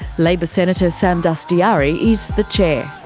labor senator sam dastyari is the chair.